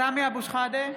סמי אבו שחאדה,